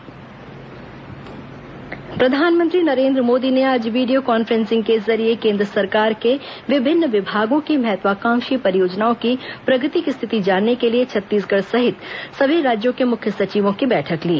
प्रधानमंत्री video conferencing प्रधानमंत्री नरेन्द्र मोदी ने आज वीडियो कान्फ्रेंसिंग के जरिए केन्द्र सरकार के विभिन्न विभागों की महत्वाकांक्षी परियोजनाओं की प्रगति की स्थिति जानने के लिए छत्तीसगढ़ सहित सभी राज्यों के मुख्य सचिवों की बैठक ली